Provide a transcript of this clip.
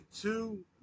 two